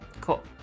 Cool